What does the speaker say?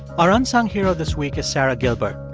our unsung hero this week is sarah gilbert.